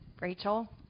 Rachel